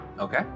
Okay